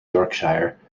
yorkshire